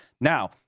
Now